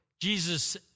Jesus